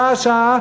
שעה-שעה,